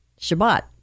Shabbat